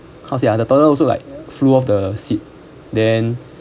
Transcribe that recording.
because the toddler also like flew off the seat then